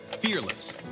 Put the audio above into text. fearless